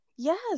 Yes